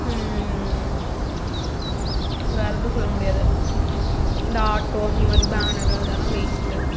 வேறு எதுவும் சொல்ல முடியாது இந்த ஆட்டோ இந்த மாதிரி பேனரு அதெல்லாம் வேஸ்ட்டு